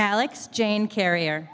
alex jane carrier